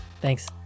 Thanks